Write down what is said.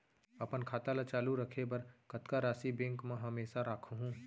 अपन खाता ल चालू रखे बर कतका राशि बैंक म हमेशा राखहूँ?